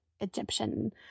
Egyptian